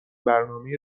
برنامهای